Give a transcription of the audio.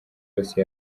yose